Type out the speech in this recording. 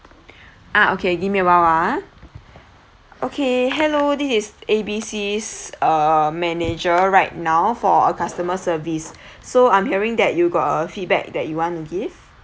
ah okay give me a while ah okay hello this is A B C's uh manager right now for our customer service so I'm hearing that you got a feedback that you want to give